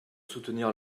soutenir